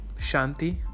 shanti